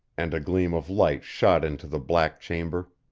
and a gleam of light shot into the black chamber.